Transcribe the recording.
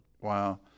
Wow